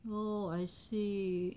oh I see